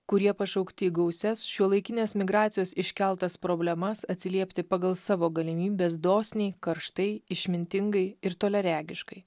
kurie pašaukti į gausias šiuolaikinės migracijos iškeltas problemas atsiliepti pagal savo galimybes dosniai karštai išmintingai ir toliaregiškai